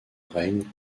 règne